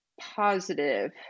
positive